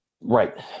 right